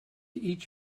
each